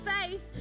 faith